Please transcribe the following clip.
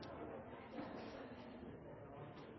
er det i